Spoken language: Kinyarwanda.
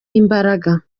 imbaraga